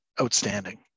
outstanding